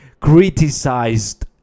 criticized